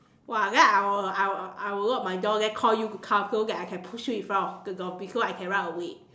!wah! then I will I will I will walk my door then call you to come so that I can push you in front of the door before I can run away